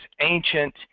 ancient